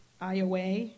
Iowa